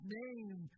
name